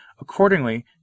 Accordingly